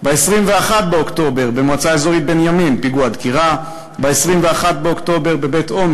שני פיגועי דקירה, ב-14 באוקטובר בירושלים